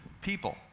people